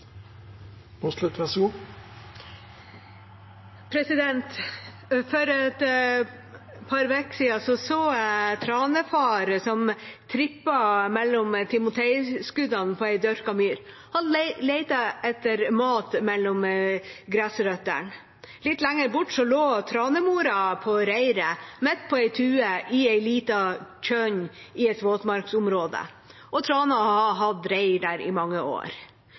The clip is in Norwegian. For et par uker siden så jeg tranefar som trippet mellom timoteiskuddene på en dyrket myr og lette etter mat mellom gressrøttene. Litt lenger bort lå tranemora på reiret midt på ei tue i et lite tjern i et våtmarksområde. Trana har hatt reir der i mange år.